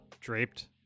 draped